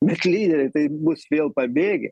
bet lyderiai tai bus vėl pabėgę